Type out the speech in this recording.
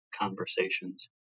conversations